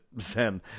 Zen